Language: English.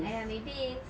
!aiya! maybe